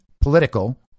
political